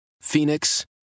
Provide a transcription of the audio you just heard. Phoenix